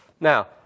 Now